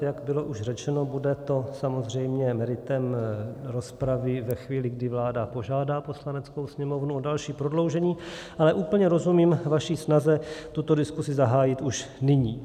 Jak bylo už řečeno, bude to samozřejmě meritem rozpravy ve chvíli, kdy vláda požádá Poslaneckou sněmovnu o další prodloužení, ale úplně rozumím vaši snaze tuto diskuzi zahájit už nyní.